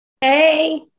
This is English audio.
Hey